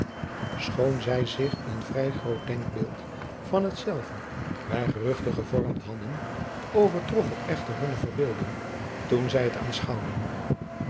choon zij zich een vrij groot denkbeeld van hetzelve bij geruchte gevormd hadden overtrof het echter hunne verbeelding toen zij het